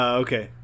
okay